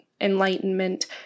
enlightenment